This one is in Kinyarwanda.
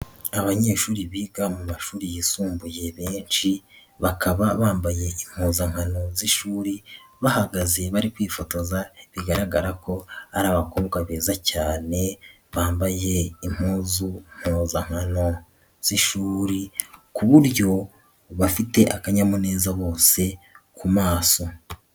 Abanyeshuri biga mu mashuri yisumbuye benshi, bakaba bambaye impuzankano z'ishuri, bahagaze bari kwifotoza, bigaragara ko ari abakobwa beza cyane, bambaye impuzu, mpuzankano z'ishuri ku buryo bafite akanyamuneza bose ku maso.